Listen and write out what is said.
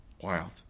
Wild